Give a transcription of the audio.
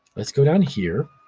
let's go down here.